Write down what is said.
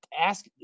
ask